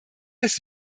das